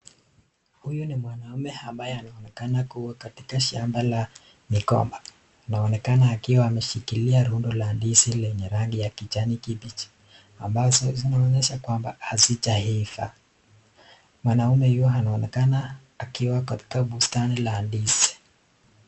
Huyu ni mwanaume ambaye anaonekana kuwa katika shamba la migomba , anaonekana akiwa ameshikilia rundo la ndizi lenye rangi ya kijani kibichi . Ambazo zinaonyesha kwamba hazijaiva. Mwanaume huyu anaonekana akiwa katika bustani la ndizi.